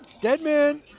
Deadman